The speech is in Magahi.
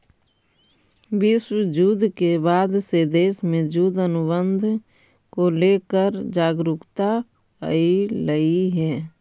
विश्व युद्ध के बाद से देश में युद्ध अनुबंध को लेकर जागरूकता अइलइ हे